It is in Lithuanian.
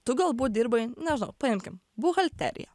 tu galbūt dirbai nežinau paimkim buhalteriją